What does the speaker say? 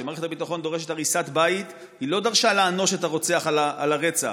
כשמערכת הביטחון דורשת הריסת בית היא לא דרשה לענוש את הרוצח על הרצח,